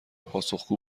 پاسخگو